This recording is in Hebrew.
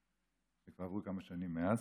אבל עברו כמה שנים מאז.